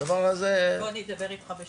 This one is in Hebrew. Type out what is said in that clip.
הדבר הזה --- אני אדבר איתך בשקט.